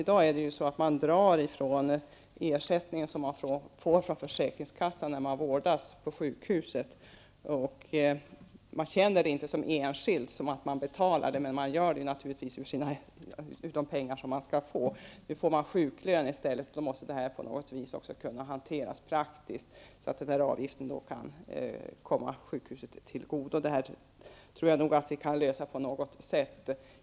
I dag drar man från den ersättning som utgår från försäkringskassan när en person vårdas på sjukhus. Som enskild upplever man inte att man betalar. Men naturligtvis betalar man av de pengar som man skall få. Nu får man i stället sjuklön. På något vis måste detta praktiskt kunna hanteras. Det gäller ju att avgiften kommer sjukhuset till godo. Jag tror nog att vi kan lösa dessa frågor på något sätt.